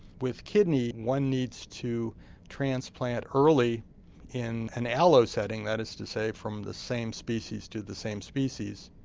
with kidney one needs to transplant early in an allo setting, that is to say from the same species to the same species.